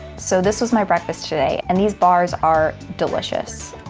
so this was my breakfast today, and these bars are delicious.